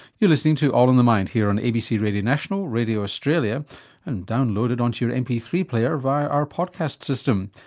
you're listening to all in the mind here on abc radio national, radio australia and downloaded onto your m p three player via our podcast system.